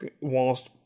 whilst